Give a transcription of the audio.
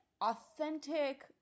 authentic